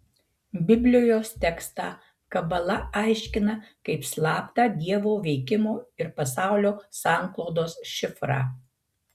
biblijos tekstą kabala aiškina kaip slaptą dievo veikimo ir pasaulio sanklodos šifrą